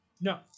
No